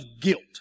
guilt